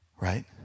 Right